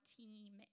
team